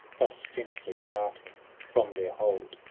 thus gently parting from their hold.